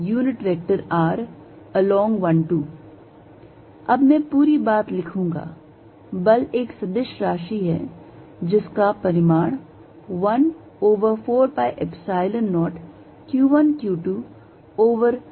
F114π0q1q2r122r12 अब मैं पूरी बात लिखूंगा बल एक सदिश है जिसका परिमाण 1 over 4 pi Epsilon 0 q1 q 2 over r1 2 square है